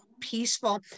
peaceful